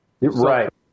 Right